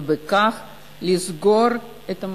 ובכך לסגור את המחנה.